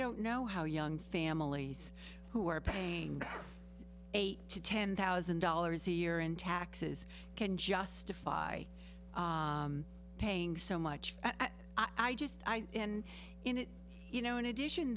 don't know how young families who are paying eight to ten thousand dollars a year in taxes can justify paying so much i just in in it you know in addition